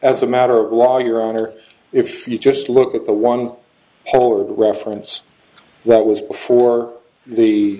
as a matter of law your honor if you just look at the one hole reference that was before the